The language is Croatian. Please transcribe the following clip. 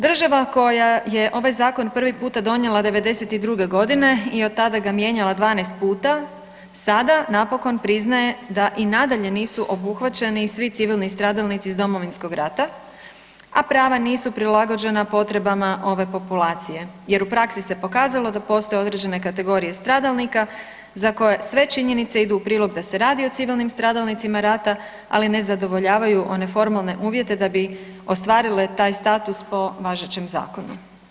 Država koja je ovaj zakon prvi puta donijela '92. godine i od tada ga mijenjala 12 puta sada napokon priznaje da i nadalje nisu obuhvaćeni svi civilni stradalnici iz Domovinskog rada, a prava nisu prilagođena potrebama ove populacije jer u praksi se pokazalo da postoje određene kategorije stradalnika za koje sve činjenice idu u prilog da se radi o civilnim stradalnicima rata, ali ne zadovoljavaju one formalne uvjete da bi ostvarile taj status po važećem zakonu.